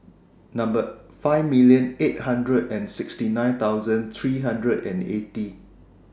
Number five million eight hundred and sixty nine thousand three hundred and eighty